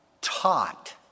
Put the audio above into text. taught